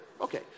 Okay